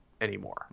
anymore